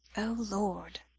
o lord!